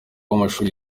w’amashuri